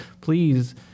please